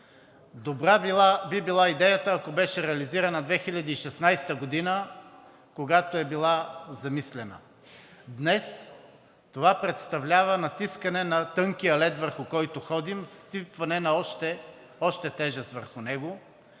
Добра би била идеята, ако беше реализирана 2016 г., когато е била замислена. Днес това представлява натиска на тънкия лед, върху който ходим, сипване на още тежест върху него,